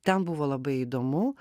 ten buvo labai įdomu